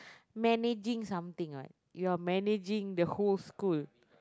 managing something what you are managing the whole school